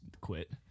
quit